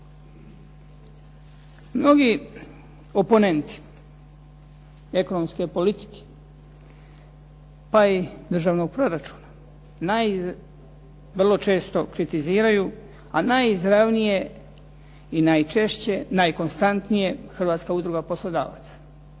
Mnogi oponenti ekonomske politike, pa i državnog proračuna, vrlo često kritiziraju, a najizravnije i najčešće, najkonstantnije Hrvatska udruga poslodavaca.